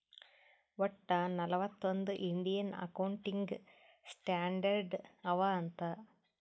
ವಟ್ಟ ನಲ್ವತ್ ಒಂದ್ ಇಂಡಿಯನ್ ಅಕೌಂಟಿಂಗ್ ಸ್ಟ್ಯಾಂಡರ್ಡ್ ಅವಾ ಅಂತ್